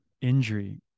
Injury